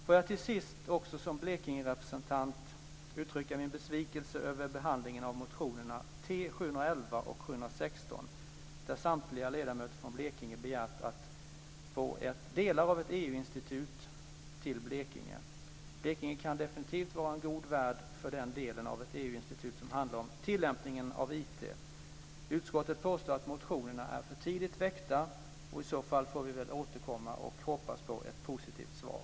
Får jag till sist också som Blekingerepresentant uttrycka min besvikelse över behandlingen av motionerna T711 och T716, där samtliga ledamöter från Blekinge begärt att få delar av ett EU-institut till Blekinge. Blekinge kan definitivt vara en god värd för den delen av ett EU institut som handlar om tillämpningen av IT. Utskottet påstår att motionerna är för tidigt väckta. I så fall får vi väl återkomma och hoppas på ett positivt svar.